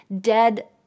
dead